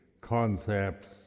concepts